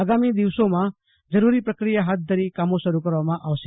આગામી દિવસોમાં જરુરી પ્રક્રિયા હાથ ધરી કામો શરૂ કરવામં આવશે